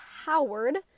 Howard